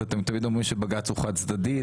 אתם תמיד אומרים שבג"צ הוא חד צדדי.